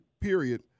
period